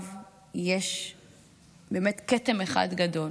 מאחוריו יש כתם אחד גדול?